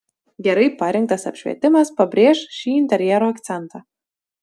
gerai parinktas apšvietimas pabrėš šį interjero akcentą